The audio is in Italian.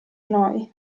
noi